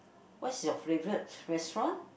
what is your favourite restaurant